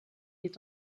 est